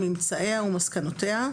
ממצאיה ומסקנותיה,